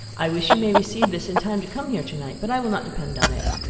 i wish you may receive this in time to come here to-night, but i will not depend on it.